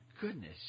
Goodness